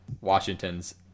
Washington's